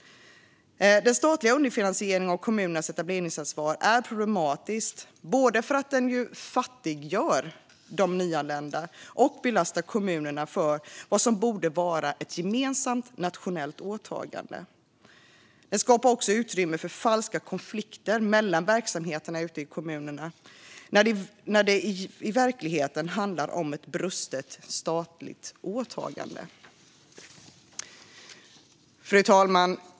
Den statliga underfinansieringen av kommunernas etableringsansvar är problematisk både för att den fattiggör de nyanlända och för att den belastar kommunerna för vad som borde vara ett gemensamt nationellt åtagande. Den skapar också utrymme för falska konflikter mellan verksamheterna ute i kommunerna, när det i verkligheten handlar om ett brustet statligt åtagande. Fru talman!